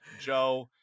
joe